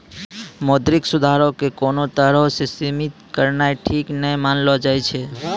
मौद्रिक सुधारो के कोनो तरहो से सीमित करनाय ठीक नै मानलो जाय छै